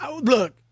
Look